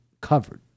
covered